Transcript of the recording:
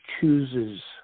chooses